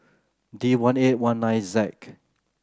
D one eight one nine Z